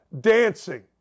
Dancing